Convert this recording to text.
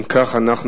אם כך,